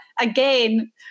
again